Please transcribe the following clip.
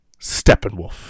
Steppenwolf